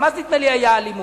גם אז, נדמה לי, היתה אלימות.